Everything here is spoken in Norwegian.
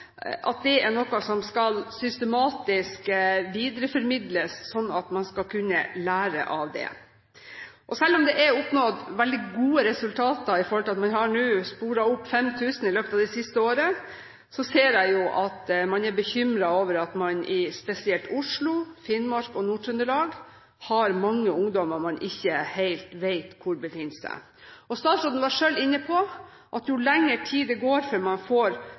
på oppfølgingstjenestenivå, er noe som systematisk skal videreformidles, slik at man skal kunne lære av det. Selv om det er oppnådd veldig gode resultater ved at man nå har sporet opp 5 000 i løpet av det siste året, ser jeg at man er bekymret over at man spesielt i Oslo, Finnmark og Nord-Trøndelag har mange ungdommer man ikke helt vet hvor befinner seg. Statsråden var selv inne på at jo lengre tid det går før man får